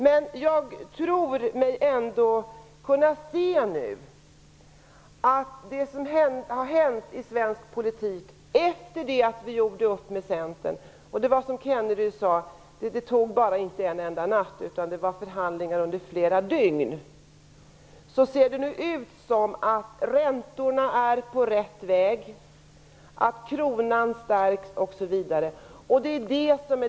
Men jag tror mig ändå kunna se att det som har hänt i svensk politik efter det att vi gjorde upp med Centern - som Rolf Kenneryd sade tog det inte bara en enda natt, utan det var förhandlingar under flera dygn - är att räntorna är på rätt väg och att kronan har stärkts.